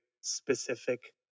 specific